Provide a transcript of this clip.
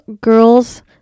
girls